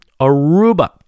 Aruba